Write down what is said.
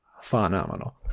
phenomenal